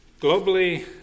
Globally